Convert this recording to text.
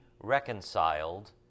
reconciled